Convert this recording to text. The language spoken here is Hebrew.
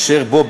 אשר בו,